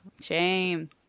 shame